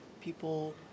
People